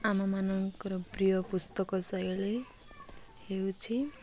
ଆମମାନଙ୍କର ପ୍ରିୟ ପୁସ୍ତକ ଶୈଳୀ ହେଉଛି